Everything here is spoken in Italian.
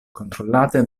controllate